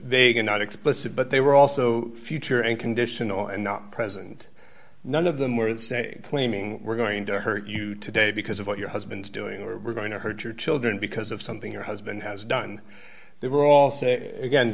get not explicit but they were also future and conditional and not present none of them were claiming we're going to hurt you today because of what your husband's doing or we're going to hurt your children because of something your husband has done they were also again